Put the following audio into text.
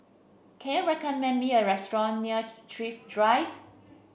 can you recommend me a restaurant near Thrift Drive